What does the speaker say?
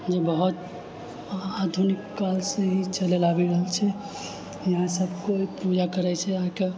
जे बहुत आधुनिक कालसँ ही चलल आबि रहल छै यहाँ सभकोय पूजा करै छै आ कऽ